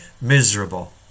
miserable